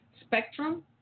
spectrum